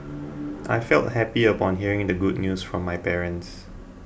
I felt happy upon hearing the good news from my parents